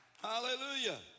Hallelujah